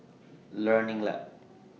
Learning Lab